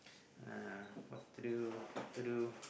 uh what to do what to do